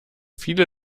viele